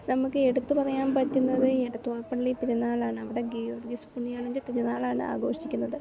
നമുക്ക് എടുത്തു പറയാൻ പറ്റുന്നത് എടുത്ത്വാ പള്ളി പെരുന്നാളാണ് അവിടെ ഗീവർഗീസ് പുണ്യാളൻ്റെ തിരുനാളാണ് ആഘോഷിക്കുന്നത്